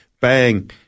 bang